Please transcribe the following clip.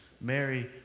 Mary